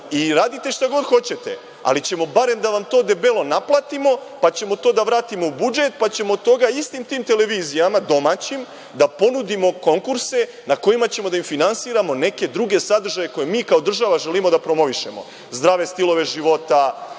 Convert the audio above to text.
i radite šta god hoćete, ali ćemo barem da vam to debelo naplatimo, pa ćemo to da vratimo u budžet, pa ćemo od toga istim tim televizijama domaćim da ponudimo konkurse na kojima ćemo da im finansiramo neke druge sadržaje koje mi kao država želimo da promovišemo – zdrave stilove života,